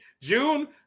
June